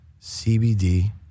CBD